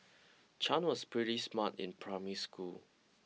Chan was pretty smart in primary school